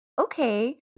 okay